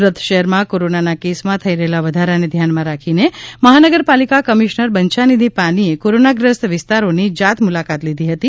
સુરત શહેરમાં કોરોના કેસમાં થઇ રહેલા વધારાને ધ્યાનમાં રાખીને મહાનગરપાલિકા કમિશ્નર બંછાનિધિ પાનીએ કોરોનાગ્રસ્ત વિસ્તારોની જાત મુલાકાત લીધી હતી